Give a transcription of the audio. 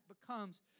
becomes